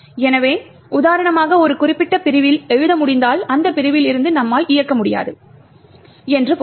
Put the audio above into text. எனவே உதாரணமாக ஒரு குறிப்பிட்ட பிரிவில் எழுத முடிந்தால் அந்த பிரிவில் இருந்து நம்மால் இயக்க முடியாது என்று பொருள்